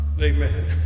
Amen